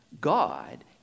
God